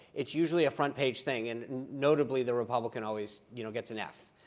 it's usually a front-page thing, and notably, the republican always you know gets an f.